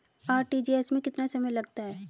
RTGS में कितना समय लगता है?